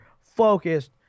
focused